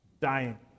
dying